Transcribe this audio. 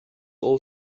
all